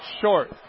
short